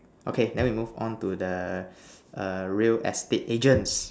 okay then we move on to the a real estate agents